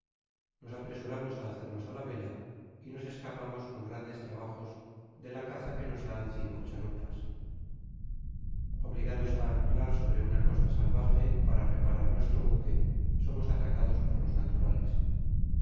nos apresuramos a hacernos a la vela y nos escapamos con grandes trabajos de la caza que nos dan cinco chalupas obligados anclar sobre una costa salvaje para reparar nuestro buque somos atacados por los naturales